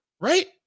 right